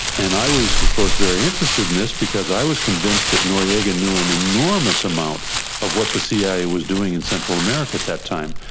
and i was of course very interested in this, because i was convinced that noriega knew an enormous amount of what the cia was doing in central america at that time,